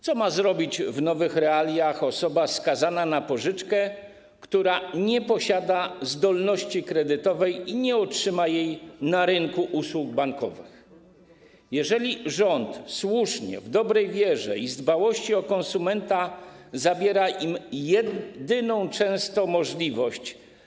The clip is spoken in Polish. Co ma zrobić w nowych realiach osoba skazana na pożyczkę, która nie posiada zdolności kredytowej i nie otrzyma jej na rynku usług bankowych, jeżeli rząd słusznie, w dobrej wierze i z dbałości o konsumenta zabiera im jedyną często możliwość?